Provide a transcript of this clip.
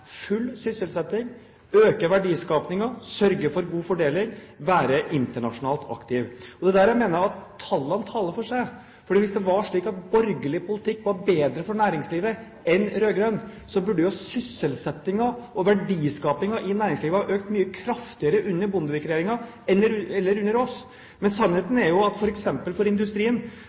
full sysselsetting, øke verdiskapingen, sørge for god fordeling, være internasjonalt aktiv. Det er der jeg mener at tallene taler for seg, for hvis det var slik at borgerlig politikk var bedre for næringslivet enn rød-grønn, burde jo sysselsettingen og verdiskapingen i næringslivet ha økt mye kraftigere under Bondevik-regjeringen enn under oss. Men sannheten er jo at f.eks. i industrien